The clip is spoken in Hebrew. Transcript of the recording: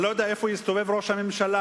אני לא יודע איפה הסתובב ראש הממשלה,